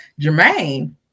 Jermaine